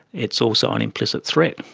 it's also an implicit threat.